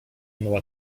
mała